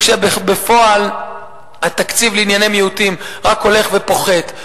כשבפועל התקציב לענייני מיעוטים רק הולך ופוחת.